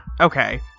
Okay